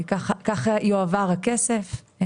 ככה יועבר הכסף.